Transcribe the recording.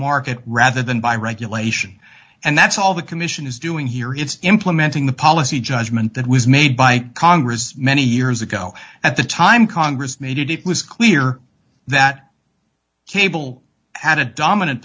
market rather than by regulation and that's all the commission is doing here it's implementing the policy judgment that was made by congress many years ago at the time congress made it it was clear that cable had a dominant